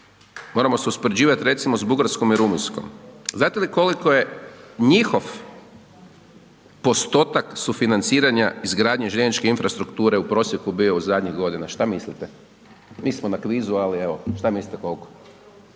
moramo se uspoređivati, recimo, s Bugarskom i Rumunjskom. Znate li koliko je njihov postotak sufinanciranja izgradnje željezničke infrastrukture u prosjeku bio u zadnjih godina? Šta mislite? Nismo na kvizu, ali evo, šta mislite koliko?